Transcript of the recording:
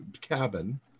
cabin